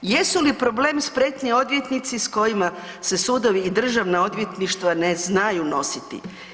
Jesu li problem spretni odvjetnici s kojima se sudovi i državna odvjetništva ne znaju nositi?